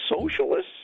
socialists